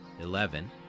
Eleven